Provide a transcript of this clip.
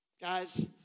Guys